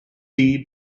the